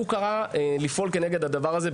בהיותו שר החינוך הוא קרא לפעול כנגד הדבר הזה.